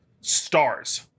stars